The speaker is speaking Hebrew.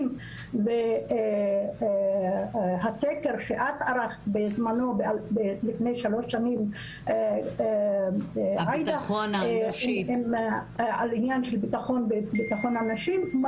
הנשים והסקר שאת ערכת בזמנו לפני שלוש שנים על עניין של ביטחון הנשים,